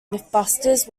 mythbusters